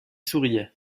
souriait